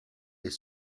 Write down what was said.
est